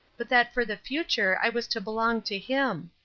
but that for the future i was to belong to him.